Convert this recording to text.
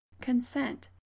consent